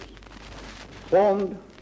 formed